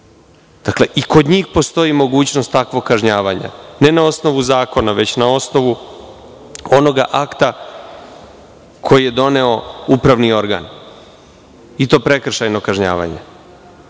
Dakle, i kod njih postoji mogućnost takvog kažnjavanja, ne na osnovu zakona, već na osnovu onog akta koji je doneo upravni organ, i to prekršajnog kažnjavanja. Ako